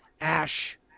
Ash